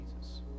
Jesus